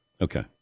Okay